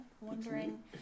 wondering